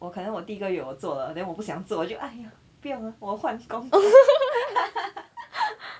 我可能我第一个月我做了 then 我不想做我就 !aiya! 不要了我换工